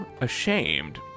ashamed